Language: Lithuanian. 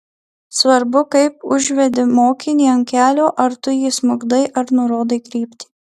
svarbu kaip užvedi mokinį ant kelio ar tu jį smukdai ar nurodai kryptį